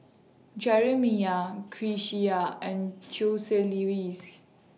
Jerimiah Grecia and Joseluis